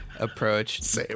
approach